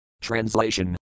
Translation